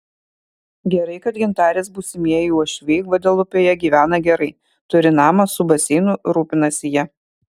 gerai kad gintarės būsimieji uošviai gvadelupėje gyvena gerai turi namą su baseinu rūpinasi ja